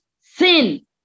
sin